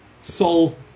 soul